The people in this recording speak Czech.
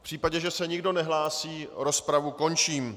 V případě, že se nikdo nehlásí, rozpravu končím.